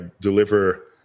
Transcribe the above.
deliver